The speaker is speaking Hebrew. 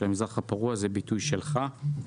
זה ביטוי שלך.